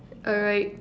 alright